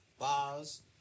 bars